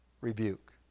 rebuke